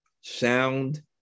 sound